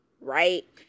right